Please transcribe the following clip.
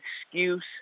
excuse